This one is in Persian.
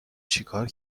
چیکار